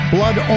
Blood